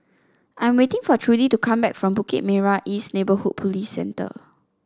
I am waiting for Trudy to come back from Bukit Merah East Neighbourhood Police Centre